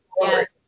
Yes